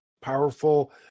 powerful